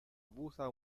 avuta